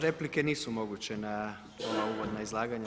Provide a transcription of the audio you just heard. Replike nisu moguće na ova uvodna izlaganja.